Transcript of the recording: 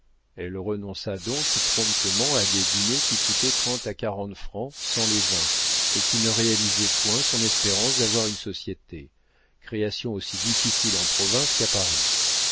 elle renonça donc promptement à des dîners qui coûtaient trente à quarante francs sans les vins et qui ne réalisaient point son espérance d'avoir une société création aussi difficile en province qu'à paris